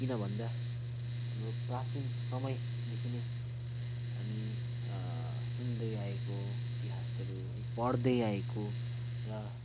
किनभन्दा हाम्रो प्राचीन समयदेखि नै हामी सुन्दै आएको इतिहासहरू है पढ्दै आएको र